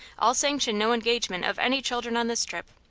i'll sanction no engagement of any children on this trip.